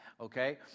okay